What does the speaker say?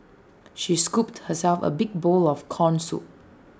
she scooped herself A big bowl of Corn Soup